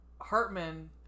Hartman